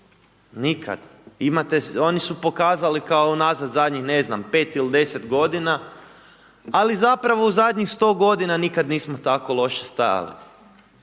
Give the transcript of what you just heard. Imate, oni su pokazali kao unazad zadnjih, ne znam, pet ili deset godina, ali zapravo u zadnjih 100 godina nikada nismo tako loše stajali.